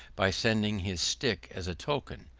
by sending his stick as a token,